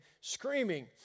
screaming